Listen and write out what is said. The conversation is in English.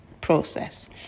process